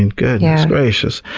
and goodness gracious.